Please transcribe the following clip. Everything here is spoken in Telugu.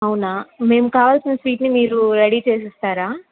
అవునా మేము కావాల్సిన స్వీట్ని మీరు రెడీ చేసి ఇస్తారా